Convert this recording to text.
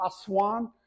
Aswan